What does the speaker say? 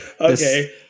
Okay